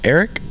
Eric